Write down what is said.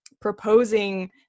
proposing